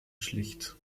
schlicht